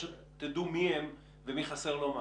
שתדעו מי הם ומי חסר לו מה.